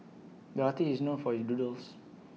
the artist is known for his doodles